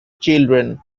children